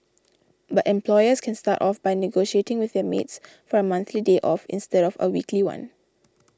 but employers can start off by negotiating with their maids for a monthly day off instead of a weekly one